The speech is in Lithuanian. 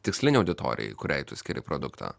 tikslinę auditoriją kuriai tu skiri produktą